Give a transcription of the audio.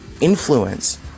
Influence